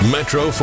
Metro